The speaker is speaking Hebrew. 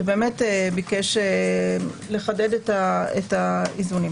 שבאמת ביקש לחדד את האיזונים.